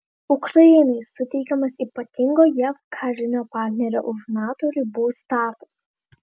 ukrainai suteikiamas ypatingo jav karinio partnerio už nato ribų statusas